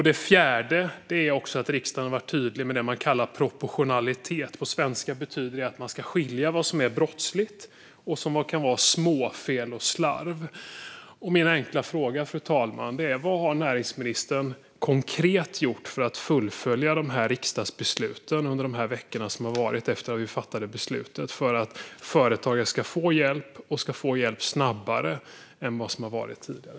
Det fjärde är att riksdagen har varit tydlig med det som man kallar proportionalitet. På vanlig svenska betyder det att man ska skilja på vad som är brottsligt och vad som kan vara småfel och slarv. Min enkla fråga, fru talman, är: Vad har näringsministern konkret gjort för att fullfölja de här riksdagsbesluten under veckorna som har gått sedan vi fattade beslutet för att företagare ska få hjälp och för att de ska få det snabbare än tidigare?